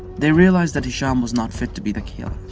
they realized that hisham was not fit to the the caliph.